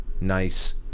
nice